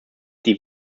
die